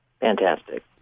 Fantastic